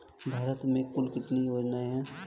भारत में कुल कितनी योजनाएं हैं?